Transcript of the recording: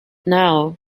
now